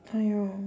!aiyo!